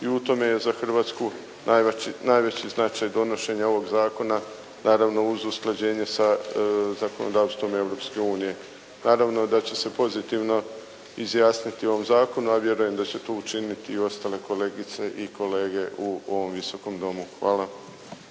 i u tome je za Hrvatsku najveći značaj donošenja ovoga zakona naravno uz usklađenje sa zakonodavstvom Europske unije. Naravno da ću se pozitivno izjasniti o ovom zakonu a vjerujem da će to učiniti i ostale kolegice i kolege u ovom Visokom domu. Hvala.